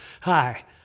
Hi